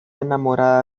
enamorada